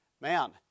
man